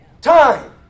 Time